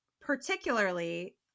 particularly